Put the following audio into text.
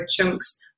chunks